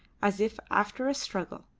as if after a struggle,